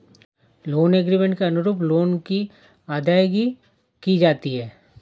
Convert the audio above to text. loan agreement के अनुरूप loan की अदायगी की जाती है